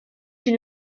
une